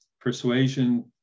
persuasion